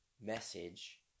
message